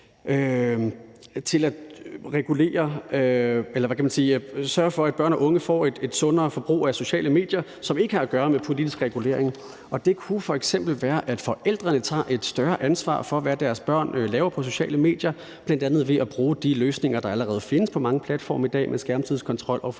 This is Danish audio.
til at sørge for, at børn og unge får et sundere forbrug af sociale medier, som ikke har at gøre med politisk regulering. Det kunne f.eks. være, at forældrene tager et større ansvar for, hvad deres børn laver på sociale medier, bl.a. ved at bruge de løsninger, der allerede findes på mange platforme i dag, med skærmtidskontrol og forældrekontrol.